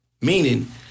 Meaning